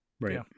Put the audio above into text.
right